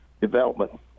development